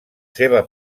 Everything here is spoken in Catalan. seva